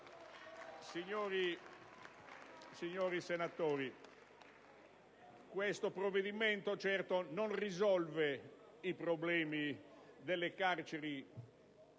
Signori senatori, questo provvedimento certo non risolve i problemi delle carceri